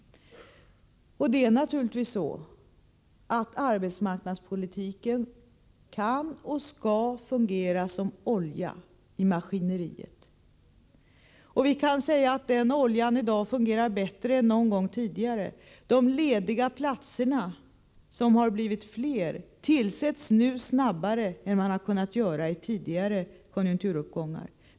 Det är naturligtvis så, att arbetsmarknadspolitiken kan och skall fungera som olja i maskineriet, och vi kan säga att den oljan i dag fungerar bättre än någon gång tidigare. De lediga platserna som har blivit fler tillsätts nu snabbare än vid tidigare konjunkturuppgångar.